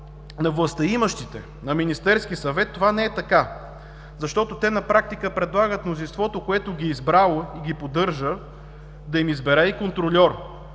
на властимащите, на Министерския съвет, това не е така, защото те на практика предлагат мнозинството, което ги е избрало и ги поддържа, да им избере и контрольора.